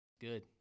Good